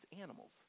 animals